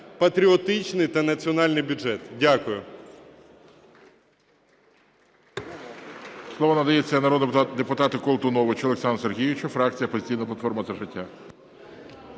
патріотичний та національний бюджет. Дякую.